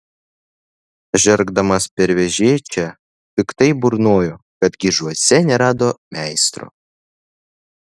žergdamas per vežėčią piktai burnojo kad gižuose nerado meistro